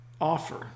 offer